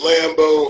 Lambo